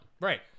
right